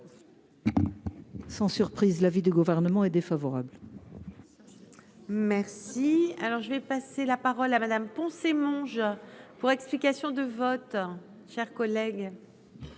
Sans surprise, l'avis du Gouvernement est défavorable. Merci, alors je vais passer la parole à Madame poncer mon jeu pour explication de vote chers collègues.